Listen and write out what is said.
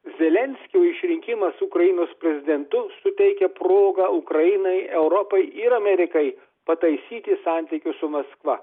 zelenskio išrinkimas ukrainos prezidentu suteikia progą ukrainai europai ir amerikai pataisyti santykius su maskva